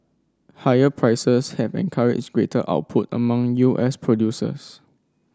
higher prices have encouraged greater output among U S producers